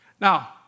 Now